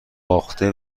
باخته